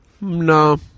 No